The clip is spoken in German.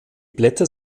blätter